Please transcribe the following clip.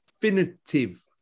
definitive